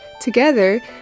Together